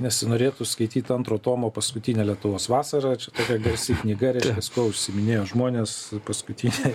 nesinorėtų skaityt antro tomo paskutinė lietuvos vasara čia tokia garsi knyga reiškias kuo užsiminėjo žmonės paskutiniai